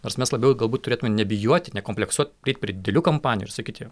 nors mes labiau galbūt turėtume nebijoti nekompleksuot prieit prie didelių kompanijų ir sakyti